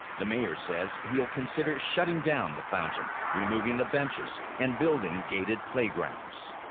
the mayor says he'll consider shutting down the fountain, removing the benches and building gated playgrounds.